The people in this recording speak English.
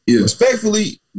respectfully